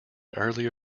early